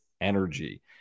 energy